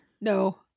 No